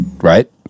right